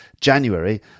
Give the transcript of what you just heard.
january